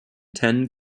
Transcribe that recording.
ten